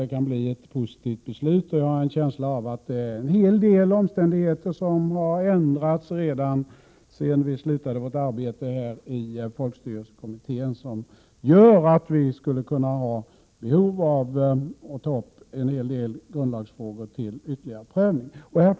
Jag — 7 april 1988 har också en känsla av att det är en hel del omständigheter som har ändrats redan, sedan vi slutade vårt arbete i folkstyrelsekommittén, vilket gör att vi skulle kunna ha behov av att ta upp en hel del grundlagsfrågor till ytterligare prövning.